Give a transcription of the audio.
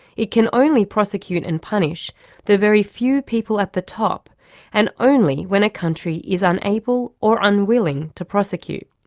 it can only prosecute and punish the very few people at the top and only when a country is unable or unwilling to prosecute.